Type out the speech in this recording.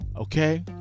Okay